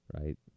right